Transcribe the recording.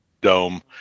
Dome